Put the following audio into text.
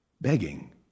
begging